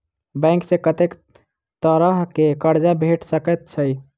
Bank सऽ कत्तेक तरह कऽ कर्जा भेट सकय छई?